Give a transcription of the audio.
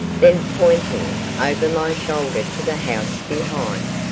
then pointing over my shoulder to the house behind,